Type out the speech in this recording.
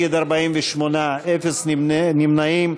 אפס נמנעו.